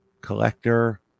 Collector